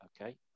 okay